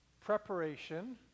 Preparation